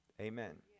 Amen